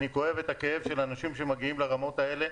אני כואב את הכאב של אנשים שמגיעים לרמות האלה.